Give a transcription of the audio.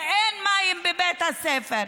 ואין מים בבית הספר?